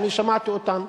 שאני שמעתי אותן